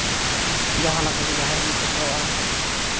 ᱡᱟᱦᱟᱸ ᱞᱮᱠᱟ ᱜᱮ ᱡᱟᱦᱮᱨ ᱵᱚᱱ ᱥᱮᱴᱮᱨᱚᱜᱼᱟ